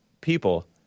people